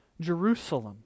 Jerusalem